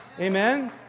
Amen